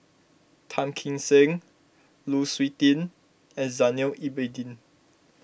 Tan Kim Seng Lu Suitin and Zainal Abidin